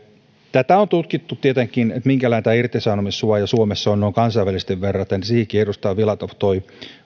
sitä on tutkittu tietenkin minkälainen irtisanomissuoja suomessa on noin kansainvälisesti verraten siihenkin edustaja filatov toi